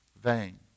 vain